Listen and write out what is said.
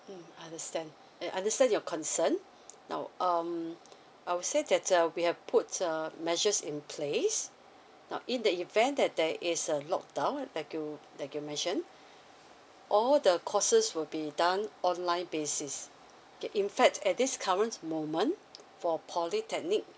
mm understand I understand your concern now um I would say that a we have puts um measures in place now in the event that there is a lock down like you like you mentioned all the courses will be done online basis okay in fact at this current moment for polytechnic